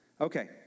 okay